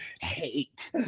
hate